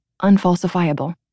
Unfalsifiable